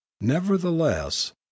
nevertheless